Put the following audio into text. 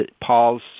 Paul's